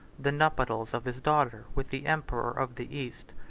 the nuptials of his daughter with the emperor of the east.